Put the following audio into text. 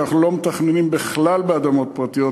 שאנחנו לא מתכננים בכלל באדמות פרטיות,